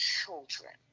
children